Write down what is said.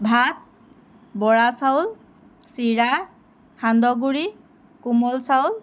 ভাত বৰা চাউল চিৰা সান্দহগুৰি কোমল চাউল